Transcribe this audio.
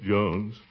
Jones